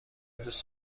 دوست